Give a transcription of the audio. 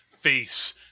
face